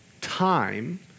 Time